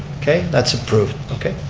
okay, that's approved, okay.